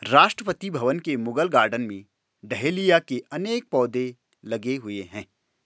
राष्ट्रपति भवन के मुगल गार्डन में डहेलिया के अनेक पौधे लगे हुए हैं